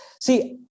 See